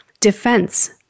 Defense